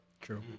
true